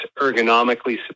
ergonomically